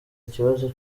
ikibazo